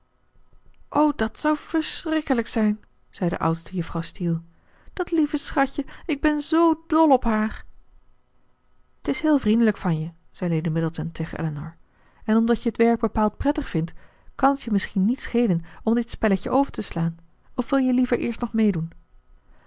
och dat zou verschrikkelijk zijn zei de oudste juffrouw steele dat lieve schatje ik ben zoo dol op haar t is heel vriendelijk van je zei lady middleton tegen elinor en omdat je t werk bepaald prettig vindt kan t je misschien niet schelen om dit spelletje over te slaan of wil je liever eerst nog meedoen